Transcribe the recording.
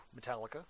Metallica